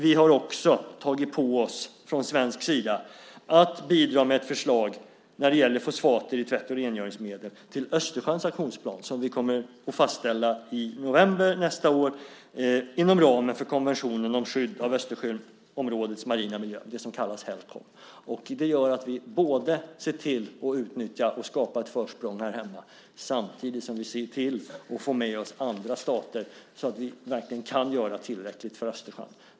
Vi har också tagit på oss från svensk sida att bidra med förslag när det gäller fosfater i tvätt och rengöringsmedel till Östersjöns aktionsplan, som vi kommer att fastställa i november nästa år inom ramen för konventionen om skydd av Östersjöområdets marina miljö, det som kallas Helcom. Det gör att vi ser till att både utnyttja och skapa ett försprång här hemma samtidigt som vi ser till att få med oss andra stater, så att vi verkligen kan göra tillräckligt för Östersjön.